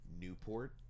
Newport